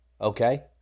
okay